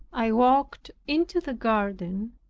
i walked into the garden,